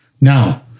Now